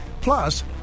Plus